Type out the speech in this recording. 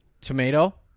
tomato